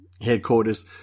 headquarters